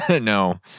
No